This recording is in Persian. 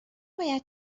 باید